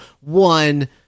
one